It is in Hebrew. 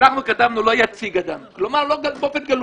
כתבנו: לא יציג אדם כלומר באופן גלוי.